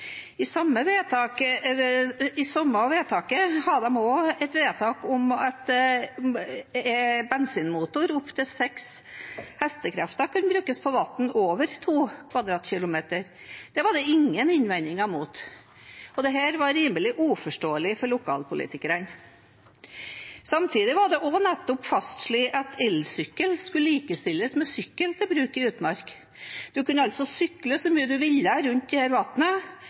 I samme vedtaket hadde de også et vedtak om at bensinmotor opptil 6 hk kunne brukes på vann over 2 km 2 . Det var det ingen innvendinger mot. Dette var rimelig uforståelig for lokalpolitikerne. Samtidig var det nettopp fastslått at elsykkel skulle likestilles med sykkel til bruk i utmark. Man kunne altså sykle så mye man ville rundt